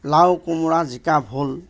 লাও কোমোৰা জিকা ভোল